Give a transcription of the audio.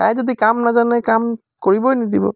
তাই যদি কাম নাজানে কাম কৰিবই নিদিব